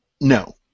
No